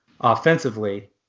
offensively